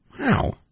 Wow